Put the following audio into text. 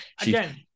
Again